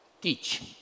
Teach